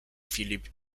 filip